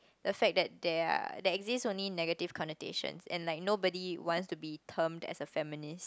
the fact that there are the exist only negative connotation and like nobody wants to be term as a feminist